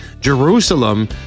Jerusalem